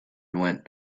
nuen